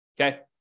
okay